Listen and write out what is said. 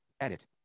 Edit